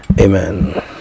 Amen